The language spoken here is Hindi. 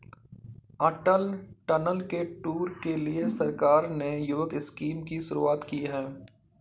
अटल टनल के टूर के लिए सरकार ने युवक स्कीम की शुरुआत की है